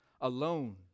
alone